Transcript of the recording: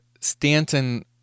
Stanton